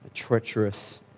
treacherous